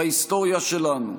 בהיסטוריה שלנו.